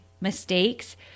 mistakes